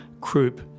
croup